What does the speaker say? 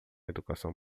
educação